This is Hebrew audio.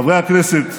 חברי הכנסת,